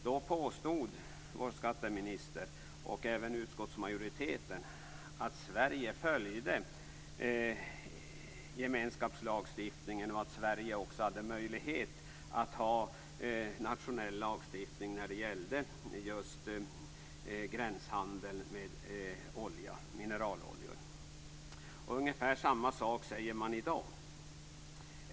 Då påstod vår skatteminister, och även utskottsmajoriteten, att Sverige följde gemenskapslagstiftningen och att Sverige också hade möjlighet att ha nationell lagstiftning när det gällde just gränshandel med mineraloljor. Ungefär samma sak säger man i dag.